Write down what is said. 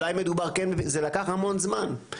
זה לקח המון זמן.